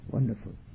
Wonderful